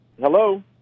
Hello